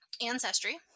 ancestry